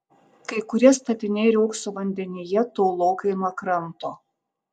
kai kurie statiniai riogso vandenyje tolokai nuo kranto